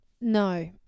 no